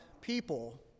people